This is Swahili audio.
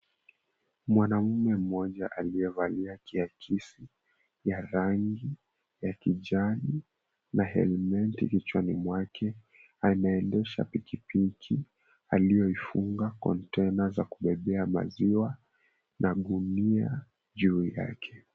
Mwanaume mmoja aliyevalia kiakisi ya rangi ya kijani na helmeti kichwani mwake anaendesha pikipiki, aliyoifunga kontena za kubebea maziwa na gunia juu yake.